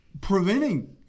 preventing